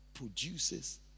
Produces